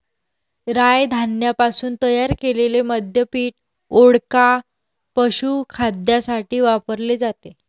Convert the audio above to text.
राय धान्यापासून तयार केलेले मद्य पीठ, वोडका, पशुखाद्यासाठी वापरले जाते